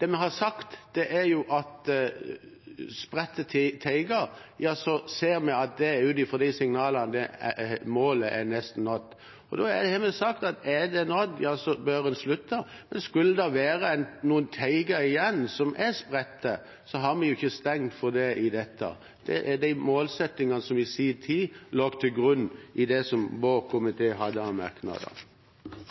Det vi har sagt når det gjelder spredte teiger, er at vi ser – ut fra de signalene – at målet er nesten nådd. Da har vi sagt at når målet er nådd, ja, så bør en slutte. Men skulle det være noen spredte teiger igjen, har vi ikke stengt for det med dette. Det er de målsettingene som i sin tid lå til grunn i våre komitémerknader. La meg starte med å gi en liten hyllest til det private eierskapet,